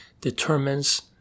determines